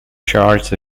charged